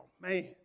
man